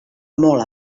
molt